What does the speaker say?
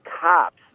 cops